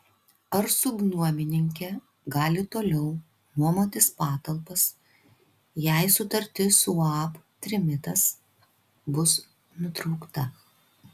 ar subnuomininkė gali toliau nuomotis patalpas jei sutartis su uab trimitas bus nutraukta